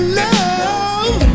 love